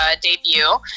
debut